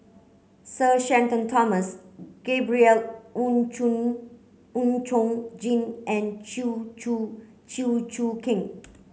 Sir Shenton Thomas Gabriel Oon Chong Oon Chong Jin and Chew Choo Chew Choo Keng